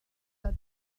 such